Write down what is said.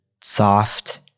soft